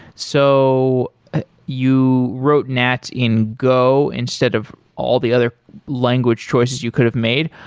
so you wrote nats in go instead of all the other language choices you could have made.